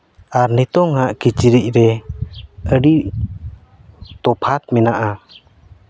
ᱟᱨ ᱱᱤᱛᱚᱝ ᱟᱜ ᱠᱤᱪᱨᱤᱡ ᱨᱮ ᱟᱹᱰᱤ ᱛᱚᱯᱷᱟᱛ ᱢᱮᱱᱟᱜᱼᱟ